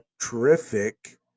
terrific